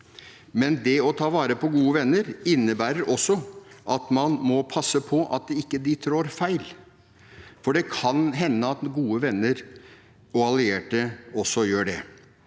Men det å ta vare på gode venner innebærer også at man må passe på at de ikke trår feil, for det kan hende at gode venner og allierte også gjør det.